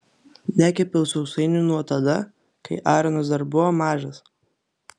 nekepiau sausainių nuo tada kai aronas dar buvo mažas